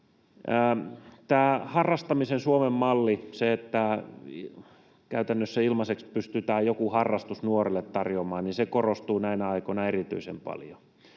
Tämä harrastamisen Suomen malli, se, että käytännössä ilmaiseksi pystytään joku harrastus nuorille tarjoamaan, korostuu näinä aikoina erityisen paljon.